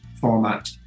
format